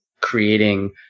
creating